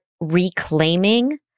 reclaiming